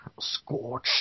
Scorch